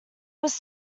was